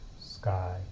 sky